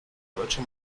deutsche